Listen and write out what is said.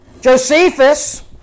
Josephus